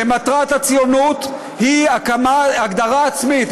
שמטרת הציונות היא הגדרה עצמית,